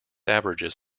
averages